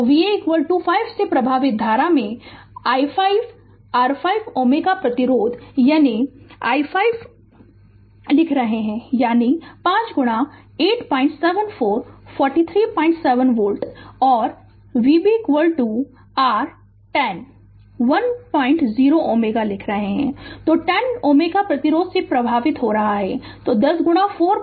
तो Va 5 से प्रवाहित धारा में i5 r 5 Ω प्रतिरोध यानी i5 लिख रहे हैं यानी 5 गुणा 874 437 वोल्ट और Vb r 10 के अंदर i10 Ω लिख रहे हैं जो 10 Ω प्रतिरोध से प्रवाहित हो रहा है तो 10 गुणा 46